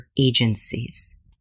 agencies